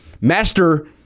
master